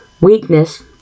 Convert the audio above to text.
weakness